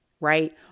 right